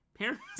parents